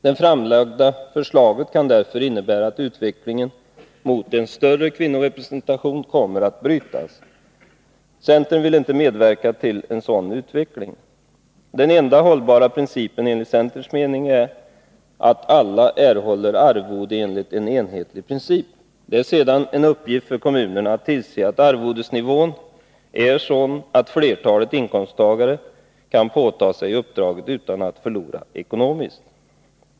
Det framlagda förslaget kan därför innebära att utvecklingen mot en större kvinnorepresentation kommer att brytas. Centern vill inte medverka till en sådan utveckling. Den enda hållbara principen enligt centerns mening är att alla erhåller arvode enligt en enhetlig princip. Det är sedan en uppgift för kommunerna att tillse att arvodesnivån är sådan att flertalet inkomsttagare kan ta på sig uppdrag utan att förlora ekonomiskt.